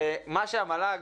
שמה שהמל"ג